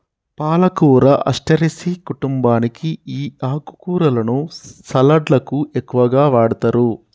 పాలకూర అస్టెరెసి కుంటుంబానికి ఈ ఆకుకూరలను సలడ్లకు ఎక్కువగా వాడతారు